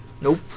Nope